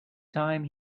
time